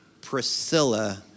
Priscilla